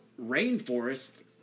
rainforest